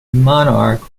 monarch